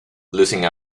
losing